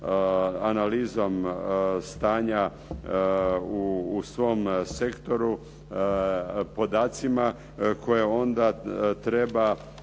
analizom stanja u svom sektoru podacima koje onda treba